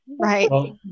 Right